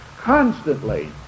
constantly